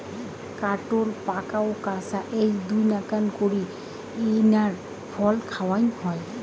কাঠোল পাকা ও কাঁচা এ্যাই দুইনাকান করি ইঞার ফল খাওয়াং হই